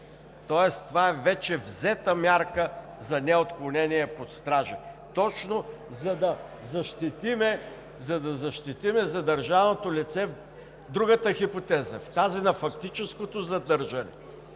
тоест това е вече взета мярка за неотклонение под стража – точно, за да защитим задържаното лице. Другата хипотеза е тази на фактическото задържане.